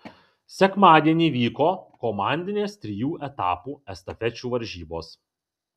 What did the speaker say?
sekmadienį vyko komandinės trijų etapų estafečių varžybos